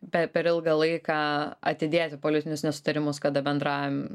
pe per ilgą laiką atidėti politinius nesutarimus kada bendraujam